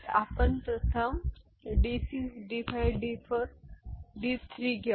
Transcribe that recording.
तर प्रथम आपण D6 D5 D4 D3 घेऊ